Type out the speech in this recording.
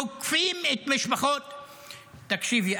תוקפים את משפחות ------ תקשיבי,